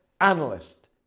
analyst